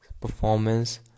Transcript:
performance